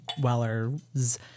Weller's